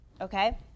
okay